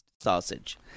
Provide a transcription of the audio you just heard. Sausage